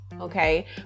Okay